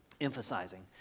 Emphasizing